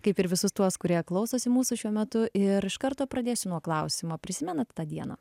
kaip ir visus tuos kurie klausosi mūsų šiuo metu ir iš karto pradėsiu nuo klausimo prisimenat tą dieną